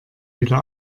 wieder